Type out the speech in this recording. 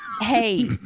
Hey